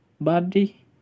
body